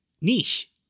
niche